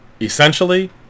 essentially